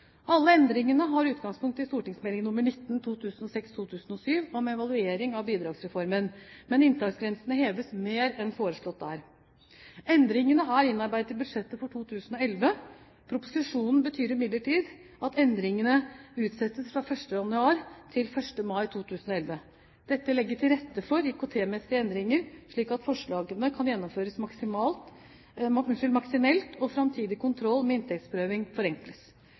Alle endringene har utgangspunkt i St.meld. nr. 19 for 2006–2007 om evaluering av Bidragsreformen, men inntektsgrensene heves mer enn foreslått der. Endringene er innarbeidet i budsjettet for 2011. Proposisjonen betyr imidlertid at endringene utsettes fra 1. januar til 1. mai 2011. Dette legger til rette for IKT-messige endringer, slik at forslagene kan gjennomføres maskinelt og framtidig kontroll med inntektsprøvingen forenkles.